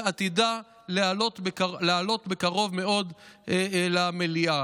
ועתידה לעלות בקרוב מאוד למליאה,